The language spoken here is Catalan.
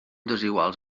desiguals